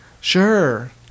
Sure